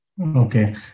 Okay